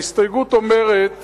ההסתייגות אומרת